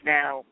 now